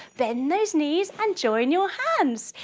bend those knees and join your hands!